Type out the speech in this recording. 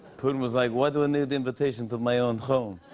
putin was like, why do i need invitation to my own home?